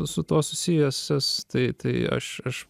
su tuo susijusias tai tai aš aš